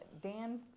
dan